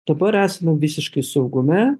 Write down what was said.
dabar esame visiškai saugume